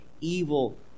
evil